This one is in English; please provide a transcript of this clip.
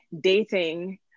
dating